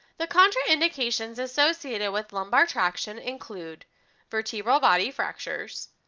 the contraindications associated with lumbar traction include vertebral body fractures,